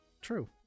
true